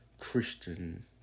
Christian